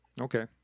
Okay